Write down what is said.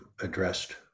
addressed